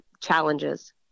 challenges